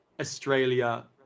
Australia